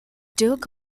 dirk